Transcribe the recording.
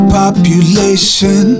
population